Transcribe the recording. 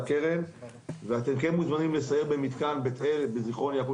אתם מוזמנים לסייר במתקן בית אל בזכרון יעקב,